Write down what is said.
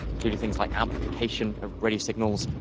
including things like amplification of radio signals,